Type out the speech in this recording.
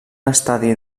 estadi